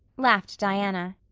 laughed diana.